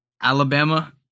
Alabama